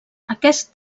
aquest